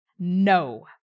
No